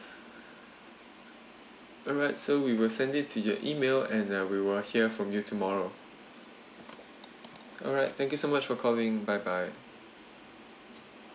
alright so we will send it to your email and uh we will hear from you tomorrow alright thank you so much for calling bye bye